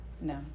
No